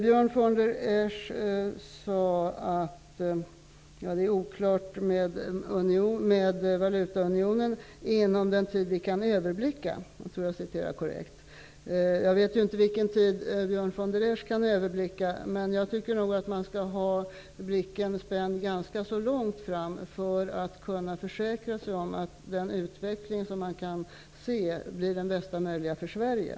Björn von der Esch sade att det är oklart med valutaunionen inom den tid som vi kan överblicka -- jag tror att jag citerade korrekt. Jag vet inte vilken tid Björn von der Esch kan överblicka, men jag tycker att man skall ha blicken spänd ganska långt fram för att kunna försäkra sig om att den förväntade utvecklingen blir den bästa möjliga för Sverige.